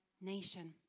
nation